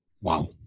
Wow